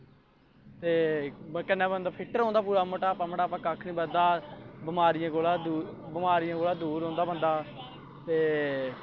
ते बंदा कन्नै फिट्ट रौंह्दा मटापा मटूपा कक्ख निं बधदा बमारियें कोला दूर रौंह्दा बंदा ते